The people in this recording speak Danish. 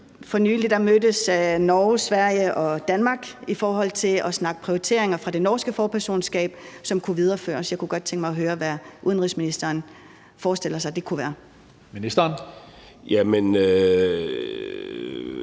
For nylig mødtes Norge, Sverige og Danmark for at snakke prioriteringer fra det norske forpersonskab, som kunne videreføres. Jeg kunne godt tænke mig at høre, hvad udenrigsministeren forestiller sig det kunne være. Kl. 16:28 Tredje